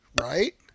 right